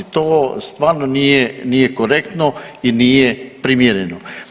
To stvarno nije korektno i nije primjereno.